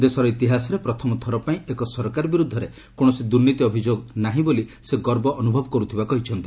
ଦେଶର ଇତିହାସରେ ପ୍ରଥମ ଥର ପାଇଁ ଏକ ସରକାର ବିରୁଦ୍ଧରେ କୌଣସି ଦୂର୍ନୀତି ଅଭିଯୋଗ ନାହିଁ ବୋଲି ସେ ଗର୍ବ ଅନୁଭବ କରୁଥିବା କହିଛନ୍ତି